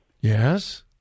Yes